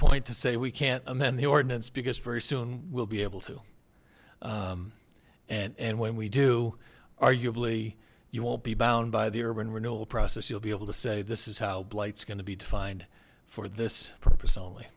point to say we can't amend the ordinance because very soon we'll be able to and and when we do arguably you won't be bound by the urban renewal process you'll be able to say this is how blights gonna be defined for this purpose only